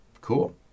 cool